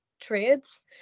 trades